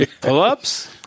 Pull-ups